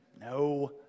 No